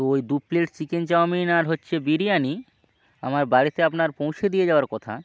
তো ওই দু প্লেট চিকেন চাউমিন আর হচ্ছে বিরিয়ানি আমার বাড়িতে আপনার পৌঁছে দিয়ে যাওয়ার কথা